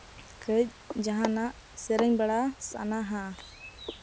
ᱠᱟᱹᱡ ᱡᱟᱦᱟᱱᱟᱜ ᱥᱮᱨᱮᱧ ᱵᱟᱲᱟ ᱥᱟᱱᱟᱣᱟ